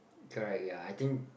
correct ya I think